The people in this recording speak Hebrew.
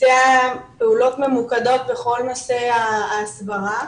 ביצע פעולות ממוקדות בכל נושא ההסברה,